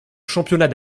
championnat